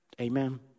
Amen